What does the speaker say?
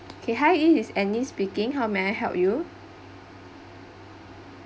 okay hi this is annie speaking how may I help you